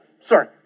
Sorry